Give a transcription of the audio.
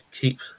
keep